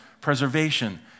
preservation